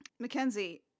Mackenzie